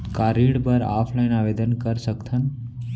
का ऋण बर ऑफलाइन आवेदन कर सकथन?